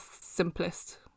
simplest